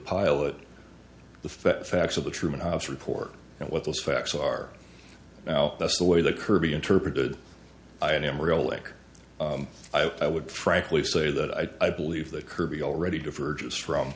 fact facts of the truman report and what those facts are now that's the way the kirby interpreted i am relic i would frankly say that i i believe that kirby already divergence from